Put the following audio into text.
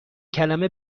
کلمه